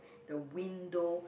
the window